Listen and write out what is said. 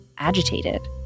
agitated